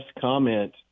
comment